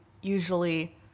usually